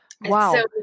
Wow